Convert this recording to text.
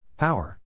Power